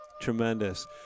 Tremendous